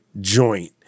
joint